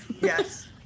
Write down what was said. Yes